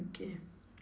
okay